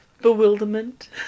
bewilderment